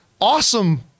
awesome